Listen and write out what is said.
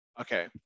Okay